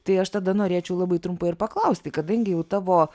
tai aš tada norėčiau labai trumpai ir paklausti kadangi jau tavo